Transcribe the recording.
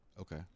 Okay